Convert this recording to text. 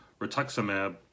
rituximab